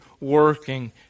working